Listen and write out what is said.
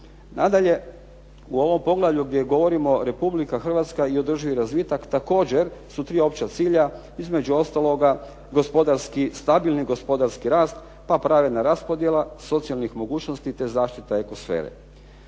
Nadalje, u ovom poglavlju gdje govorimo Republika Hrvatska i održivi razvitak također su tri opća cilja, između ostaloga gospodarski, stabilni gospodarski rast pa pravedna raspodjela socijalnih mogućnosti te zaštita eko sfere.